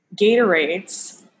Gatorades